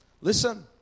Listen